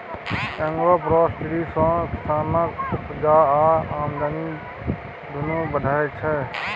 agroforestry सँ किसानक उपजा आ आमदनी दुनु बढ़य छै